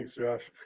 so josh